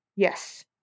Yes